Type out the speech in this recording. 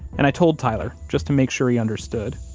and i told tyler, just to make sure he understood